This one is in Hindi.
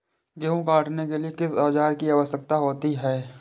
गेहूँ काटने के लिए किस औजार की आवश्यकता होती है?